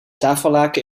tafellaken